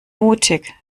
mutig